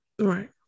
Right